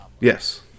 Yes